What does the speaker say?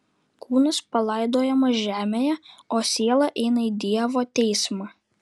kūnas palaidojamas žemėje o siela eina į dievo teismą